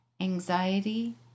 anxiety